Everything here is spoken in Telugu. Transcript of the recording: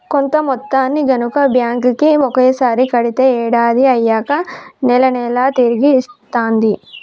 కొంత మొత్తాన్ని గనక బ్యాంక్ కి ఒకసారి కడితే ఏడాది అయ్యాక నెల నెలా తిరిగి ఇస్తాంది